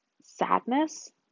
sadness